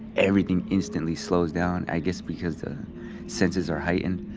everything instantly slows down. i guess, because the senses are heightened.